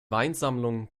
weinsammlung